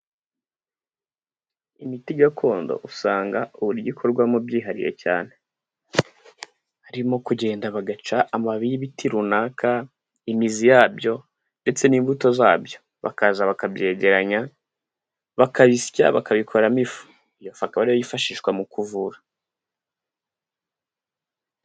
Imiti gakondo usanga uburyo ikorwamo byihariye cyane; harimo kugenda bagaca amababi y'ibiti runaka imizi yabyo ndetse n'imbuto zabyo, bakaza bakabyegeranya bakabisya bakabikoramo ifu, iyo ifu kaba ariyo yifashishwa mu kuvura.